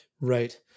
Right